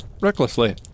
recklessly